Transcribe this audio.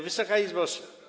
Wysoka Izbo!